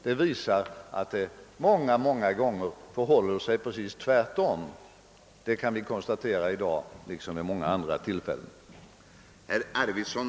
Det visar att det många gånger förhåller sig precis tvärtom; det kan vi konstatera i dag liksom vid många andra tillfällen.